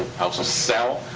houses sell,